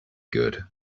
good